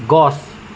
গছ